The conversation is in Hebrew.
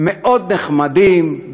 מאוד נחמדים,